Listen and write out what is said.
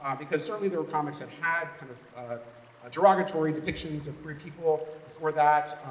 um because certainly there were comics that had kind of derogatory depictions of queer people before that.